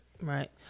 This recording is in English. Right